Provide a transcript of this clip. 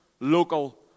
local